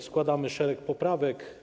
Składamy szereg poprawek.